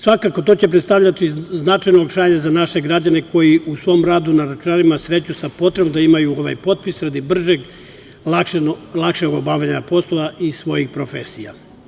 Svakako, to će predstavljati značajno olakšanje za naše građane koji se u svom radu na računarima sreću sa potrebom da imaju ovaj potpis radi bržeg, lakšeg obavljanja poslova iz svojih profesija.